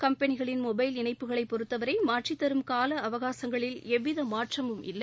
கம்பெனிகளின் mobile இணைப்புகளை பொறுத்தவரை மாற்றித்தரும் காலஅவகாசங்களில் எவ்வித மாற்றமும் இல்லை